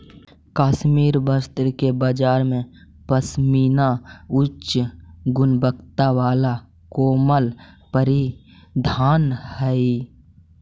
कश्मीरी वस्त्र के बाजार में पशमीना उच्च गुणवत्ता वाला कोमल परिधान हइ